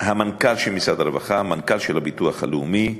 המנכ"ל של משרד הרווחה, המנכ"ל של הביטוח הלאומי,